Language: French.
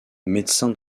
médecin